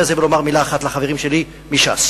הזה ולומר מלה אחת לחברים שלי מש"ס.